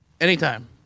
Anytime